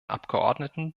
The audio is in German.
abgeordneten